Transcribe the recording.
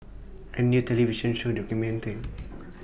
A New television Show documented